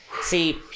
see